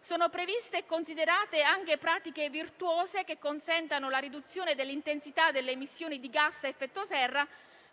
Sono previste e considerate anche pratiche virtuose, che consentano la riduzione dell'intensità delle emissioni di gas a effetto serra,